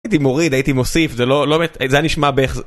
הייתי מוריד, הייתי מוסיף, זה לא... לא באמת, זה היה נשמע באיך זה..